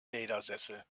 ledersessel